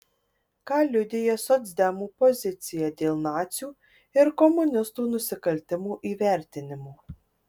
ką liudija socdemų pozicija dėl nacių ir komunistų nusikaltimų įvertinimo